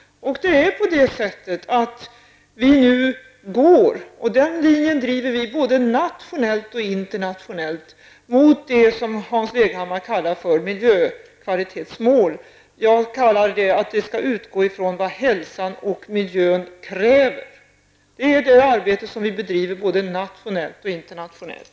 Vi driver denna linje nationellt och internationellt mot det som Hans Leghammar kallar för miljökvalitetsmål. Jag kallar det att vi skall utgå från vad hälsan och miljön kräver. Det är det arbete som vi bedriver både nationellt och internationellt.